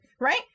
Right